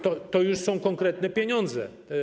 To już są konkretne pieniądze.